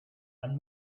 and